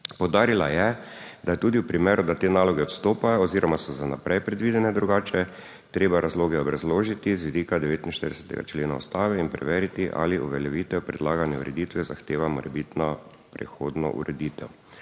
Poudarila je, da je tudi v primeru, da te naloge odstopajo oziroma so za v naprej predvidene drugače, treba razloge obrazložiti z vidika 49. člena Ustave in preveriti, ali uveljavitev predlagane ureditve zahteva morebitno prehodno ureditev.